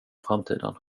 framtiden